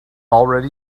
already